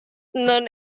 non